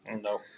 No